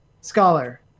Scholar